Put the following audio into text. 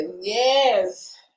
yes